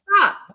Stop